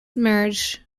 marriage